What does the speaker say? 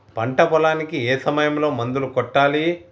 పంట పొలానికి ఏ సమయంలో మందులు కొట్టాలి?